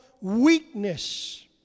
weakness